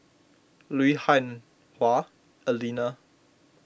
Lui Hah Wah Elena